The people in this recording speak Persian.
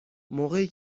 موقعی